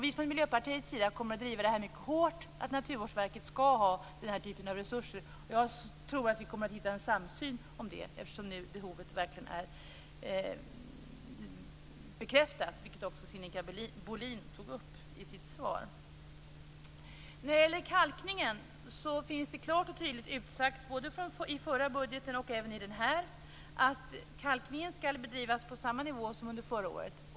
Vi från Miljöpartiet kommer att driva det mycket hårt att Naturvårdsverket skall ha den här typen av resurser, och jag tror att vi kommer att hitta en samsyn på det, eftersom behovet nu verkligen har blivit bekräftat, vilket också Sinikka Bohlin tog upp i sitt anförande. När det gäller kalkningen finns det klart och tydligt utsagt, både i förra budgeten och i den här, att kalkningen skall bedrivas på samma nivå som förra året.